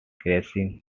crushing